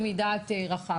כתוצאה מגילוי מדעת רחב.